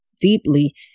deeply